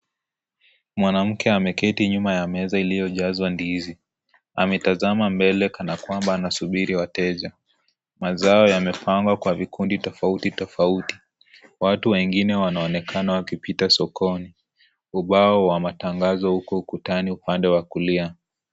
Mwanamke ameketi nyuma ya meza ilio jazawa ndizi ametazama mbele kana kwamba anasuburi wateja. Mazao yamepangwa kwa vikundi tofauti tofauti. Watu wengine wanaonekana wakipiata sokoni. Ubao wa matangazo uko ukutani upande wa kulia.